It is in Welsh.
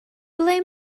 ble